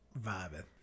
Vibing